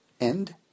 end